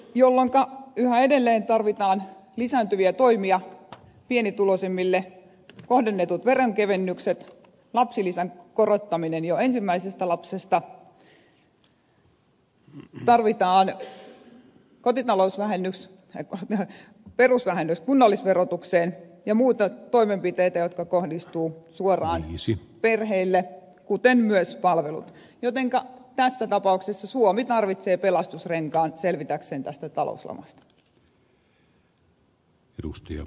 tällöin yhä edelleen tarvitaan lisääntyviä toimia pienituloisemmille kohdennetut veronkevennykset lapsilisän korottaminen jo ensimmäisestä lapsesta tarvitaan kotitalousvähennys perusvähennys kunnallisverotukseen ja muita toimenpiteitä jotka kohdistuvat suoraan perheille kuten myös palvelut jotenka tässä tapauksessa suomi tarvitsee pelastusrenkaan selvitäkseen tästä talouslamasta